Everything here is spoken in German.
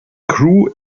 crew